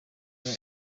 imwe